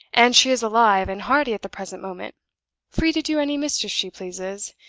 and she is alive and hearty at the present moment free to do any mischief she pleases,